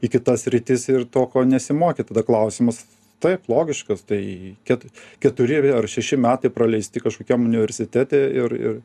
į kitas sritis ir to ko nesimokė tada klausimas taip logiškas tai kad keturi ar šeši metai praleisti kažkokiam universitete ir ir